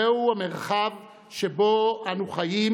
זהו המרחב שבו אנו חיים,